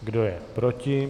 Kdo je proti?